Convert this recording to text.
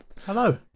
Hello